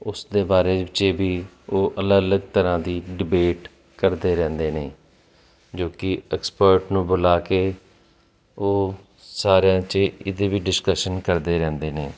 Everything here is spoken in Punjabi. ਉਸਦੇ ਬਾਰੇ 'ਚ ਵੀ ਉਹ ਅਲੱਗ ਅਲੱਗ ਤਰ੍ਹਾਂ ਦੀ ਡਿਬੇਟ ਕਰਦੇ ਰਹਿੰਦੇ ਨੇ ਜੋ ਕਿ ਐਕਸਪਰਟ ਨੂੰ ਬੁਲਾ ਕੇ ਉਹ ਸਾਰਿਆਂ 'ਚ ਇਹਦੇ ਵੀ ਡਿਸਕਸ਼ਨ ਕਰਦੇ ਰਹਿੰਦੇ ਨੇ